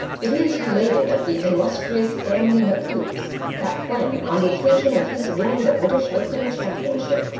it is related of the illustrious sandy mchoots that when, on the occasion of his winning the british open championship,